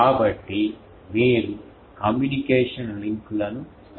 కాబట్టి మీరు కమ్యూనికేషన్ లింక్లను స్థాపించవచ్చు